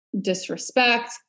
disrespect